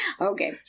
Okay